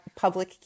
public